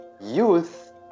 youth